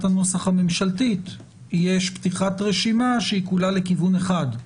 הנוסח הממשלתית יש פתיחת רשימה שהיא כולה לכיוון אחד.